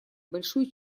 большой